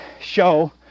show